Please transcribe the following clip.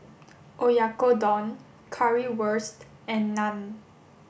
Oyakodon Currywurst and Naan